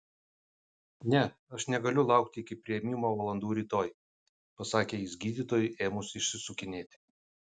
ne aš negaliu laukti iki priėmimo valandų rytoj pasakė jis gydytojui ėmus išsisukinėti